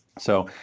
so,